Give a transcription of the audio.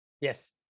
Yes